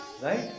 Right